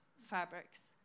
fabrics